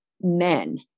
men